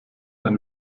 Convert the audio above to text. ein